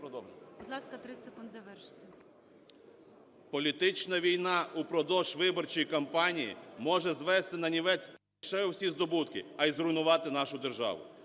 Політична війна впродовж виборчої кампанії може звести нанівець не лише всі здобутки, а й зруйнувати нашу державу.